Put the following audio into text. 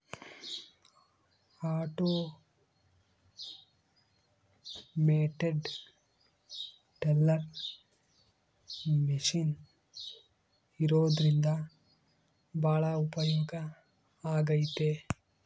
automated teller machine ಇರೋದ್ರಿಂದ ಭಾಳ ಉಪಯೋಗ ಆಗೈತೆ